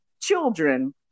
children